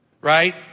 right